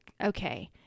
okay